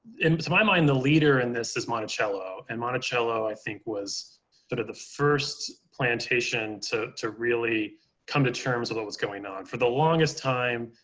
in but to my mind, the leader in this is monticello, and monticello, i think, was but the first plantation to to really come to terms with it was going on. for the longest time,